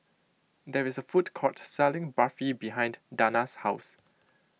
there is a food court selling Barfi behind Dana's house